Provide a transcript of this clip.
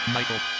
Michael